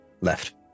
left